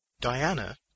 Diana